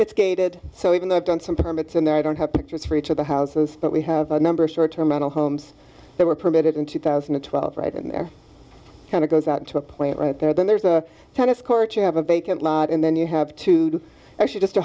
it's gated so even though i've done some permits and there i don't have pictures for each of the houses but we have a number of short term mental homes that were permitted in two thousand and twelve right and they're kind of goes out to a point right there then there's a kind of court you have a vacant lot and then you have to do actually just a